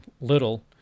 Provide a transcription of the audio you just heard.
Little